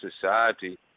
society